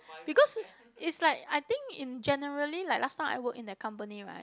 because is like I think in generally like last time I work in that company right